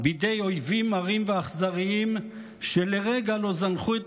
בידי אויבים מרים ואכזריים שלרגע לא זנחו את